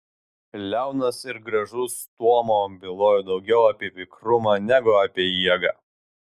liaunas ir gražus stuomuo bylojo daugiau apie vikrumą negu apie jėgą